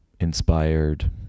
inspired